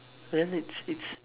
well it's it's